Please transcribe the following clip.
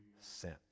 sent